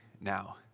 now